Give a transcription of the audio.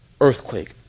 earthquake